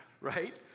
Right